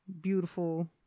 beautiful